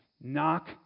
knock